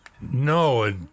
No